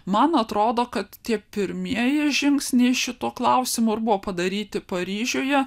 man atrodo kad tie pirmieji žingsniai šituo klausimu ir buvo padaryti paryžiuje